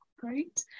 Great